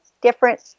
different